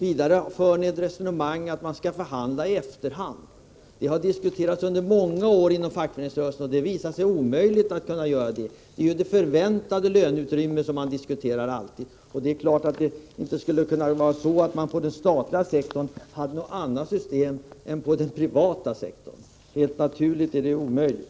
Vidare för ni ett resonemang om att man skall förhandla i efterhand. Det har diskuterats under många år inom fackföreningsrörelsen, och det har visat sig omöjligt att tillämpa en sådan ordning. Det är ju alltid det förväntade löneutrymmet man förhandlar om. Det går inte att ha ett system inom den statliga sektorn och ett annat inom den privata. Helt naturligt är det omöjligt.